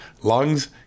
lungs